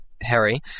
Harry